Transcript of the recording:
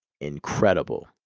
Incredible